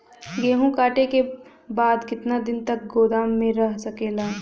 गेहूँ कांटे के बाद कितना दिन तक गोदाम में रह सकेला?